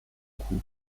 coup